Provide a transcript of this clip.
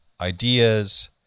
ideas